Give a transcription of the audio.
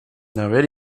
werde